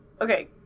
okay